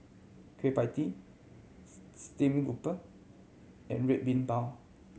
Kueh Pie Tee steamed grouper and Red Bean Bao